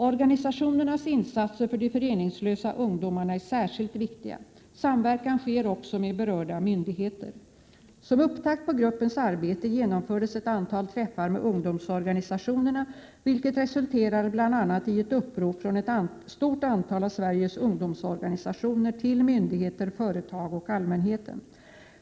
Organisationernas insatser för de föreningslösa ungdomarna är särskilt viktiga. Samverkan sker också med berörda myndigheter. Som upptakt på gruppens arbete genomfördes ett antal träffar med ungdomsorganisationerna, vilket resulterade bl.a. i ett upprop från ett stort antal av Sveriges ungdomsorganisationer till myndigheter, företag och allmänheten.